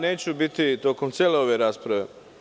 Neću biti tokom cele ove rasprave.